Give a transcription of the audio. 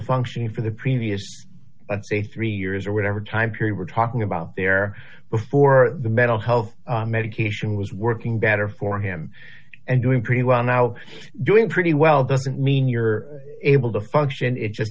functioning for the previous say three years or whatever time period we're talking about there before the mental health medication was working better for him and doing pretty well now doing pretty well doesn't mean you're able to function it just